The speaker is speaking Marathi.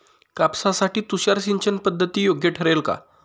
कापसासाठी तुषार सिंचनपद्धती योग्य ठरेल का?